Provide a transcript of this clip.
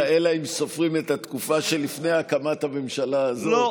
אלא אם סופרים את התקופה שלפני הקמת הממשלה הזאת,